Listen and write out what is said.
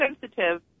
sensitive